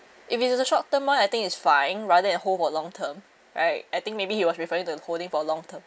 if it's just a short term [one] I think it's fine rather at hold for long term right I think maybe he was referring to holding for a long term